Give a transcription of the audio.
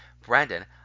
Brandon